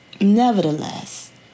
Nevertheless